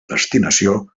destinació